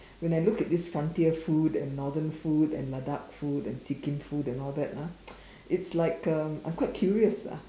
when I look at this frontier food and northern food and Ladakh food and Sikkim food and all that ah its like um I'm quite curious ah